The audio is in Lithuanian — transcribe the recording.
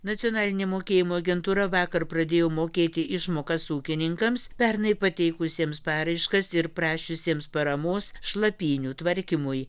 nacionalinė mokėjimo agentūra vakar pradėjo mokėti išmokas ūkininkams pernai pateikusiems paraiškas ir prašiusiems paramos šlapynių tvarkymui